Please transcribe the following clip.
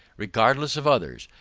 regardless of others,